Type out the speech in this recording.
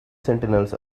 sentinels